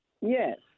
Yes